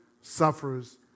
suffers